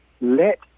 let